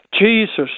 Jesus